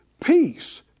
peace